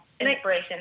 inspiration